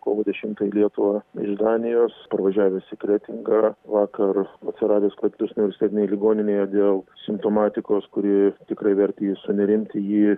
kovo dešimtą į lietuvą iš danijos parvažiavęs į kretingą vakar atsiradęs klaipėdos universitetinėj ligoninėje dėl simptomatikos kuri tikrai vertė jį sunerimti jį